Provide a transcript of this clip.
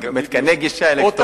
מתקני גישה אלקטרונית.